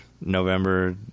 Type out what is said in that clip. November